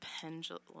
pendulum